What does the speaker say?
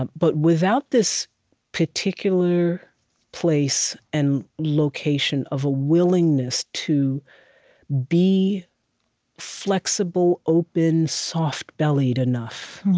but without this particular place and location of a willingness to be flexible, open, soft-bellied enough